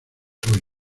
hoy